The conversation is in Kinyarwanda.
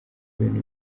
ibintu